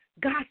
god